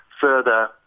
further